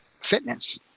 fitness